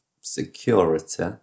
security